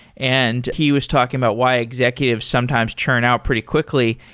and he was talking about why executives sometimes churn out pretty quickly.